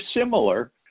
similar